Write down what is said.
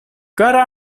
kara